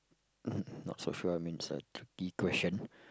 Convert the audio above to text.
not not so sure I mean the question